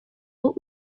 wol